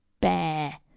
bear